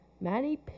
Maddie